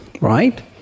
right